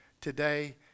today